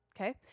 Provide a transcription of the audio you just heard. Okay